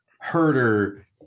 herder